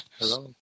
Hello